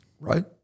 Right